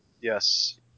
Yes